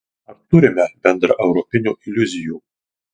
ar turime bendraeuropinių iliuzijų